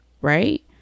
Right